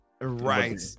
Right